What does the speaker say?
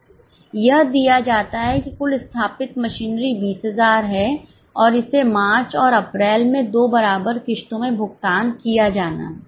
यह दिया जाता है कि कुल स्थापित मशीनरी 20000 है और इसे मार्च और अप्रैल में दो बराबर किस्तों में भुगतान किया जाना है